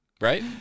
Right